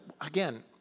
again